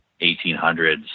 1800s